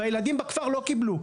והילדים בכפר לא קיבלו.